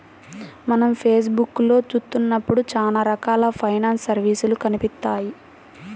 మనం ఫేస్ బుక్కులో చూత్తన్నప్పుడు చానా రకాల ఫైనాన్స్ సర్వీసులు కనిపిత్తాయి